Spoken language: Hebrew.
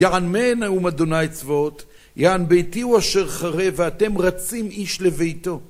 יען מנאום אדוניי צבאות, יען ביתי ואשר חרב, ואתם רצים איש לביתו.